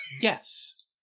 Yes